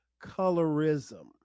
colorism